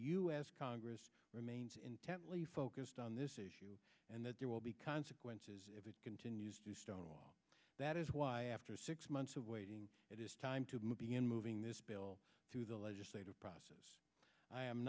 s congress remains intently focused on this issue and that there will be consequences if it continues to stonewall that is why after six months of waiting it is time to move b n moving this bill through the legislative process i am